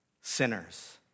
sinners